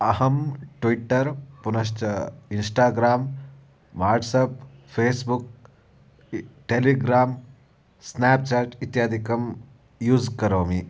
अहं ट्विट्टर् पुनश्च Instagram WhatsApp Facebook इ टेलिग्रां स्नाप्चाट् इत्यादिकं यूस् करोमि